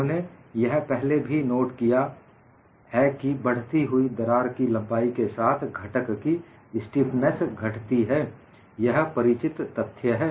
हमने यह पहले भी नोट किया है कि बढ़ती हुई दरार की लंबाई के साथ घटक की स्टीफनेस घटती है यह परिचित तथ्य है